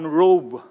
robe